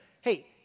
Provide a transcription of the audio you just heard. Hey